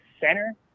center